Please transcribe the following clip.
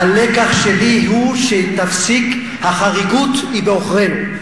הלקח שלי הוא שתפסיק, החריגות היא בעוכרינו.